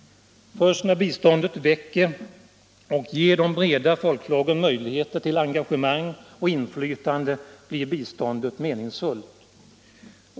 Först när biståndet väcker och ger de breda folklagren möjligheter till engagemang och inflytande blir biståndet meningsfullt.